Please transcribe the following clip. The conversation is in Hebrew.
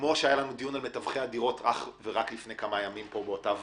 כמו שהיה לנו דיון על מתווכי הדירות רק לפני כמה ימים בוועדה,